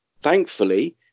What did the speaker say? thankfully